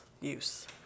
use